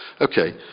okay